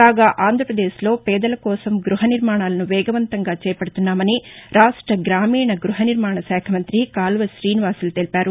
కాగా ఆంధ్రాపదేశ్ లో పేదల కోసం గ్బహనిర్మాణాలను వేగవంతంగా చేపడుతున్నామని రాష్ట గ్రామీణ గృహనిర్మాణ శాఖ మంతి కాలవ ఠీనివాసులు తెలిపారు